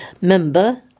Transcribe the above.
member